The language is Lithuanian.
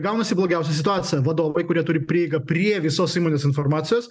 gaunasi blogiausia situacija vadovai kurie turi prieigą prie visos įmonės informacijos